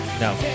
No